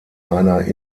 einer